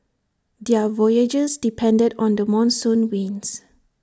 their voyages depended on the monsoon winds